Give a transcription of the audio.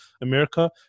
America